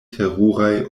teruraj